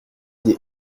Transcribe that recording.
des